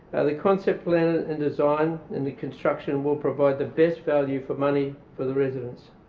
the concept plan and design and the construction will provide the best value for money for the residents.